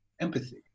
empathy